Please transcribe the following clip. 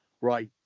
right